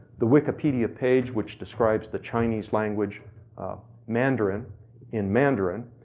the wikipedia page which describes the chinese language mandarin in mandarin,